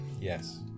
Yes